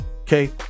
Okay